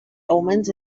omens